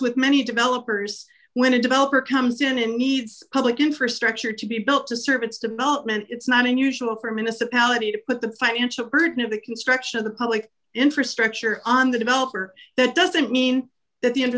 with many developers when a developer comes in and needs public infrastructure to be built to serve its development it's not unusual for minutes appellate e to put the financial burden of the construction of the public infrastructure on the developer that doesn't mean that the